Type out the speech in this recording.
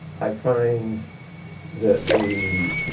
i find that the